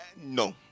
no